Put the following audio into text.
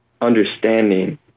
understanding